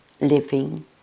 living